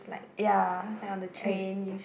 ya as